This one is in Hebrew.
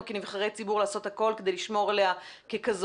כנבחרי ציבור לעשות הכל כדי לשמור עליה ככזו.